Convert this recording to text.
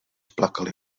plakali